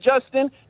Justin